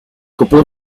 couple